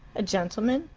a gentleman?